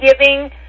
giving